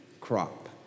crop